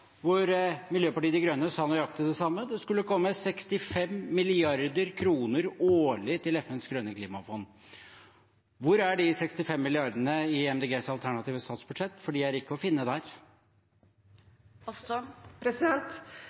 hvor Miljøpartiet De Grønne sa nøyaktig det samme: Det skulle komme 65 mrd. kr årlig til FNs grønne klimafond. Hvor er de 65 mrd. kr i Miljøpartiet De Grønnes alternative statsbudsjett? De er ikke å finne der.